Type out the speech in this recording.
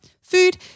food